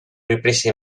riprese